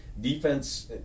defense